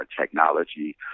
technology